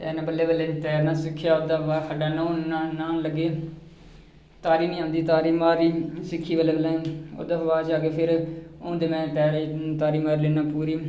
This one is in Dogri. तैरना बल्लें बल्लें तैरना सिक्खेआ ओह्दे बाद खड्ढा न्हान लगे तारी नीं औंदी ही तारी मारी सिक्खी पैह्लें पैह्लें ओह्दे बाद च अग्गें फिर हून ते मैं तारी मारी लैना पूरी